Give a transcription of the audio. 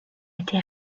été